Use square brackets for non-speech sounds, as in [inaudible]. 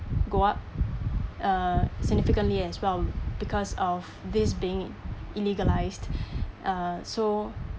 go up uh significantly as well because of this being illegalised [breath] uh so